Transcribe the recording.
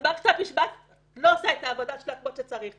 אז מערכת המשפט לא עושה את העבודה שלה כמו שצריך.